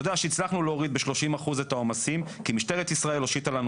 אתה יודע שהצלחנו להוריד ב-30% את העומסים כי משטרת ישראל הושיטה לנו